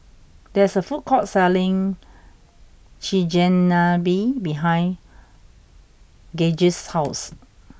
there is a food court selling Chigenabe behind Gauge's house